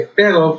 pero